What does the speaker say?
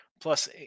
plus